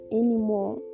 anymore